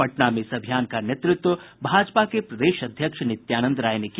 पटना में इस अभियान का नेतृत्व भाजपा के प्रदेश अध्यक्ष नित्यानंद राय ने किया